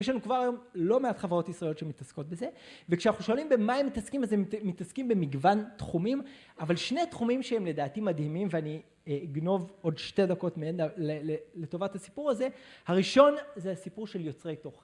ויש לנו כבר היום לא מעט חברות ישראליות שמתעסקות בזה וכשאנחנו שואלים במה הם מתעסקים אז הם מתעסקים במגוון תחומים אבל שני תחומים שהם לדעתי מדהימים ואני אגנוב עוד שתי דקות מהם לטובת הסיפור הזה הראשון זה הסיפור של יוצרי תוכן